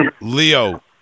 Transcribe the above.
Leo